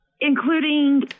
Including